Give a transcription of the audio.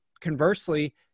conversely